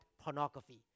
pornography